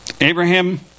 Abraham